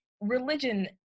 religion